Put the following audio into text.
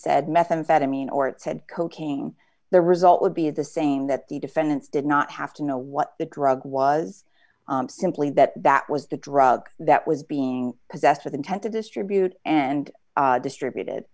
said methamphetamine or it's had cocaine the result would be the same that the defendants did not have to know what the drug was simply that that was the drug that was being possessed with intent to distribute and distributed